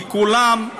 כי כולם,